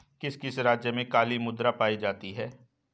किस किस राज्य में काली मृदा पाई जाती है?